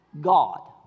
God